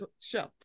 show